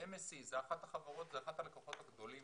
MSC, זו אחת הלקוחות הגדולים